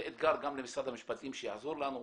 זה אתגר גם למשרד המשפטים שיעזור לנו,